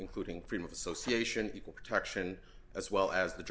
including freedom of association equal protection as well as the